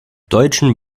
deutschen